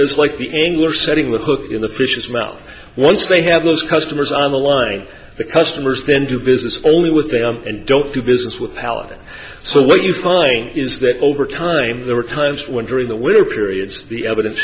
it's like the english setting with hook in the fish mouth once they have those customers on the line the customers then do business only with them and don't do business with pallet so what you find is that over time there were times when during the winter periods the evidence